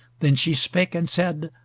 then she spake and said,